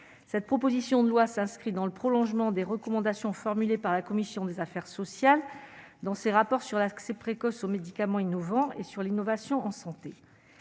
cette proposition de loi s'inscrit dans le prolongement des recommandations formulées par la commission des affaires sociales dans ses rapports sur l'accès précoce aux médicaments innovants et sur l'innovation en santé,